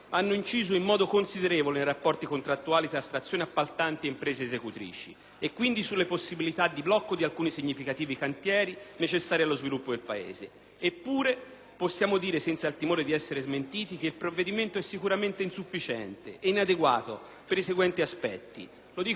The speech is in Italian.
e, quindi, sulle possibilità di blocco di alcuni significativi cantieri necessari allo sviluppo del Paese. Eppure, possiamo dire senza il timore di essere smentiti, che il provvedimento è sicuramente insufficiente e inadeguato. Lo dico in una parola, non ha né una storia né un futuro. Non ricostruisce infatti la sede storica